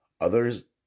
Others